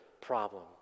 problem